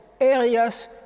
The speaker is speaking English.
areas